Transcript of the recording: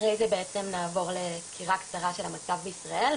אחרי זה בעצם נעבור לסקירה קצרה של המצב בישראל,